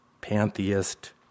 pantheist